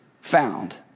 found